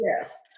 yes